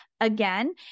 again